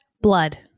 Blood